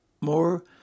more